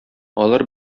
алар